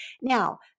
Now